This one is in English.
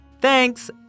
Thanks